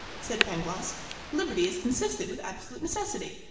said pangloss liberty is consistent with absolute necessity,